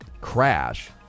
crash